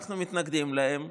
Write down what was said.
אנחנו מתנגדים להם,